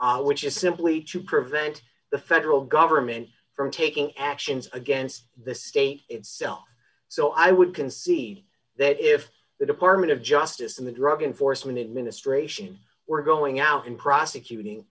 which is simply to prevent the federal government from taking actions against the state itself so i would concede that if the department of justice and the drug enforcement administration were going out and prosecuting